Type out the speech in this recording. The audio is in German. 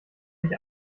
sich